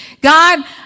God